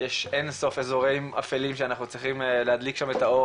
יש אינסוף אזורים אפלים שאנחנו צריכים להדליק שם את האור